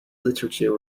literature